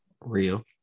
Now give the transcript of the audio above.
real